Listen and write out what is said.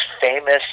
famous